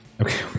okay